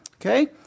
Okay